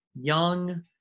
Young